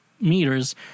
meters